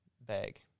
bag